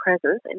presence